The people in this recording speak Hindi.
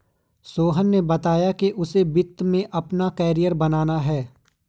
सोहन ने बताया कि उसे वित्त में अपना कैरियर बनाना है